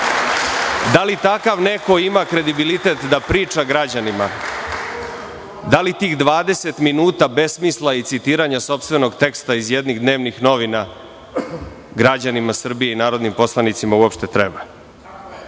Da li takav neko ima kredibilitet da priča građanima? Da li tih 20 minuta besmisla i citiranja sopstvenog teksta iz jednih dnevnih novina građanima Srbije i narodnim poslanicima uopšte treba? Da